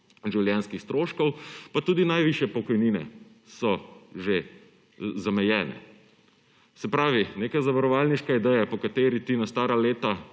življenjskih stroškov, pa tudi najvišje pokojnine so že zamejene. Se pravi, neka zavarovalniška ideja, po kateri ti na stara leta